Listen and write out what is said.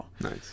Nice